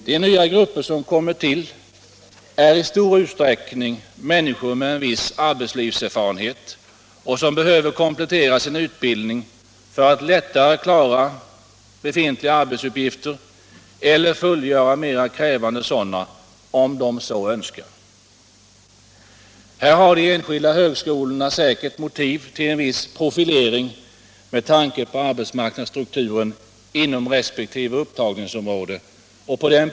De nya grupper som kommer till är i stor utsträckning människor med en viss arbetslivserfarenhet, vilka behöver komplettera sin utbildning för att lättare klara sina arbetsuppgifter eller för att kunna fullgöra mera krävande sådana, om de så önskar. Här har de enskilda högskolorna säkert motiv till en viss profilering med tanke på arbetsmarknadsstrukturen inom resp. upptagningsområde.